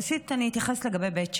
ראשית אני אתייחס לגבי בית שמש,